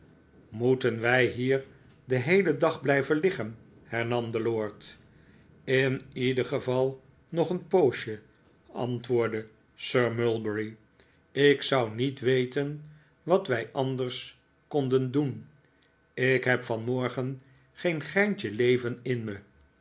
moeten wij hier den heelen dag blijven liggen hernam de lord in ieder geval nog een poosje antwoordde sir mulberry ik zou niet weten wat wij anders konden doen ik heb vanmorgen geen greintje leven in me